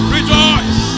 Rejoice